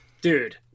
dude